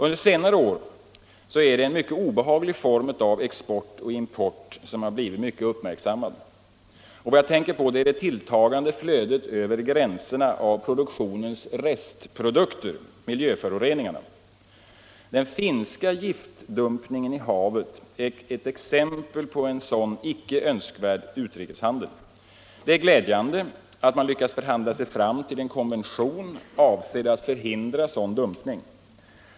Under senare år har en mycket obehaglig form av export och import blivit mycket uppmärksammad. Jag tänker på det tilltagande flödet över gränserna av produktionens restprodukter, miljöföroreningarna. Den finska giftdumpningen i havet är ett exempel på sådan icke önskvärd utrikeshandel. Det är glädjande att man lyckats förhandla sig fram till en konvention avsedd att förhindra sådan dumpning.